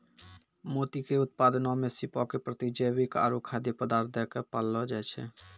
मोती के उत्पादनो मे सीपो के प्रतिजैविक आरु खाद्य पदार्थ दै के पाललो जाय छै